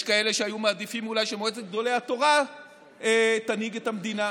יש כאלה שהיו מעדיפים אולי שמועצת גדולי התורה תנהיג את המדינה,